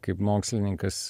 kaip mokslininkas